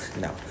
No